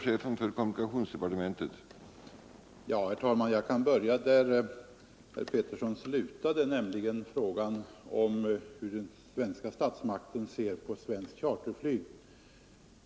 Herr talman! Jag kan börja där herr Petersson i Röstånga slutade, nämligen med frågan om hur den svenska statsmakten ser på svenskt charterflyg.